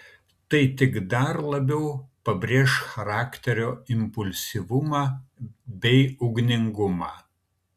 tai tik dar labiau pabrėš charakterio impulsyvumą bei ugningumą